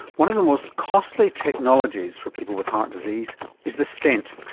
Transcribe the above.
one of the most costly technologies for people with heart disease is the stent,